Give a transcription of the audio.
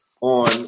on